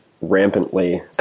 rampantly